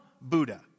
Buddha